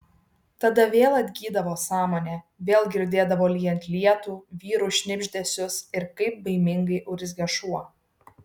tada vėl atgydavo sąmonė vėl girdėdavo lyjant lietų vyrų šnibždesius ir kaip baimingai urzgia šuo